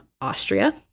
Austria